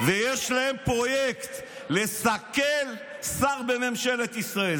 ויש להם פרויקט לסכל שר בממשלת ישראל.